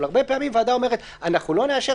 אבל הרבה פעמים ועדה אומרת: אנחנו לא נאשר